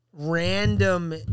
random